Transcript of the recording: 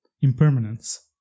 impermanence